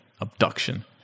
abduction